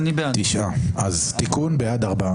9 נמנעים, אין לא אושרה.